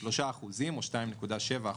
3% או 2.7%,